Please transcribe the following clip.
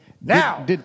Now